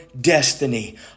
destiny